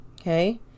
Okay